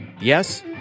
Yes